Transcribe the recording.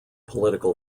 political